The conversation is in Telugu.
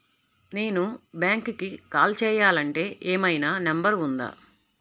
నేను బ్యాంక్కి కాల్ చేయాలంటే ఏమయినా నంబర్ ఉందా?